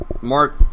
Mark